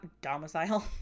domicile